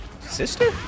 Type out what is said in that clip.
Sister